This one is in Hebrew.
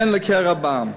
כן לקרע בעם.